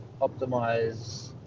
optimize